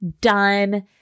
done